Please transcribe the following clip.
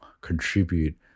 contribute